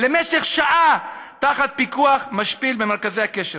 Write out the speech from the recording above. למשך שעה תחת פיקוח משפיל במרכזי הקשר.